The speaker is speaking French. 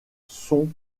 sont